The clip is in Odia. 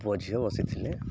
ପୁଅ ଝିଅ ବସିଥିଲେ